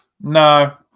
No